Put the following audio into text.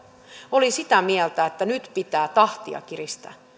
oli sitä mieltä että nyt pitää tahtia kiristää